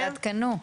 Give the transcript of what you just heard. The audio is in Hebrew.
תעדכנו.